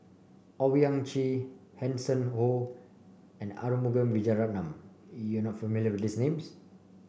Owyang Chi Hanson Ho and Arumugam Vijiaratnam you are not familiar with these names